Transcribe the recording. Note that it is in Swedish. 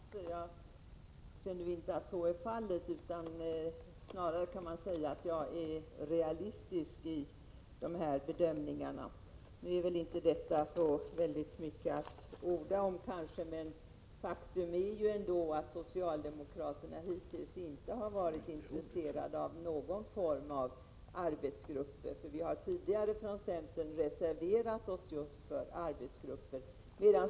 Herr talman! Sture Ericson sade litet försiktigt att jag förstorade centerns insatser. Jag anser inte att så är fallet. Man kan snarare säga att jag är realistisk i dessa bedömningar. Nu är väl inte detta så mycket att orda om. Men faktum är att socialdemokraterna hittills inte har varit intresserade av någon form av arbetsgrupper. Vi har tidigare från centern reserverat oss för just arbetsgrupper.